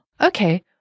Okay